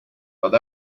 but